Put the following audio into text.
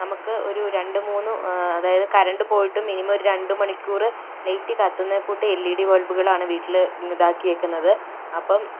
നമുക്ക് ഒരു രണ്ടുമൂന്ന് അതായത് കരണ്ട് പോയിട്ടും മിനിമം ഒരു രണ്ടുമണിക്കൂർ ലൈറ്റ് കത്തുന്ന കൂട്ട് എൽ ഇ ഡി ബൾബുകളാണ് വീട്ടിലെ ഇതാക്കിയേക്കണത് അപ്പം